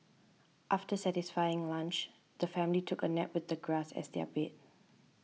after satisfying lunch the family took a nap with the grass as their bed